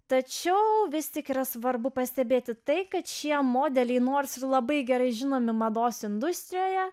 tačiau vis tik yra svarbu pastebėti tai kad šie modeliai nors ir labai gerai žinomi mados industrijoje